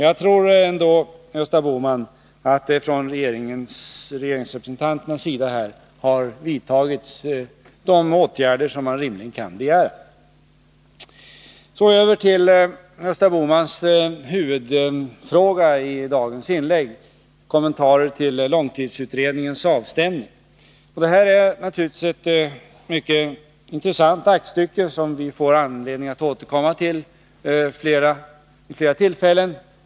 Jag tror ändå, Gösta Bohman, att det från regeringsrepresentanternas sida har vidtagits de åtgärder som man rimligen kan begära. Så över till Gösta Bohmans huvudfråga i dagens inlägg, kommentarer till långtidsutredningens avstämning. Det här är naturligtvis ett mycket intressant aktstycke, som vi får anledning att återkomma till vid flera tillfällen.